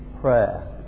prayer